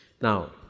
Now